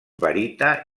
barita